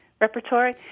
Repertory